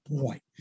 point